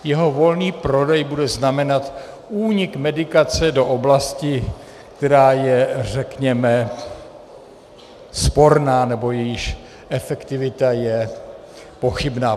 Jeho volný prodej bude znamenat únik medikace do oblasti, která je, řekněme, sporná nebo jejíž efektivita je pochybná.